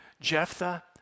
Jephthah